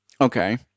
Okay